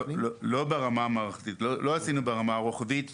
לא ברמה המערכתית או הרוחבית.